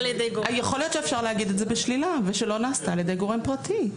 יכול להיות שאפשר להגיד את זה בשלילה ושלא נעשתה על ידי גורם פרטי.